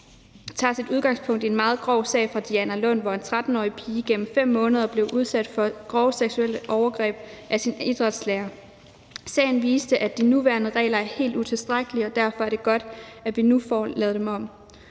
tager sit udgangspunkt i en meget grov sag fra Dianalund, hvor en 13-årig pige igennem 5 måneder blev udsat for grove seksuelle overgreb af sin idrætslærer. Sagen viste, at de nuværende regler er helt utilstrækkelige, og derfor er det godt, at vi nu får lavet dem om.